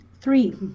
three